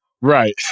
Right